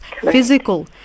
physical